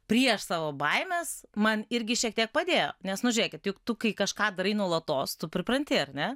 prieš savo baimes man irgi šiek tiek padėjo nes nu žiūrėkit juk tu kai kažką darai nuolatos tu pripranti ar ne